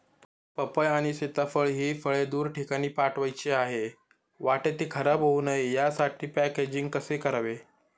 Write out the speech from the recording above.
पपई आणि सीताफळ हि फळे दूर ठिकाणी पाठवायची आहेत, वाटेत ति खराब होऊ नये यासाठी पॅकेजिंग कसे करावे?